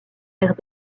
maires